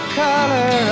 color